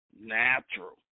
natural